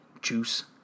Juice